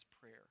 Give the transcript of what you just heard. prayer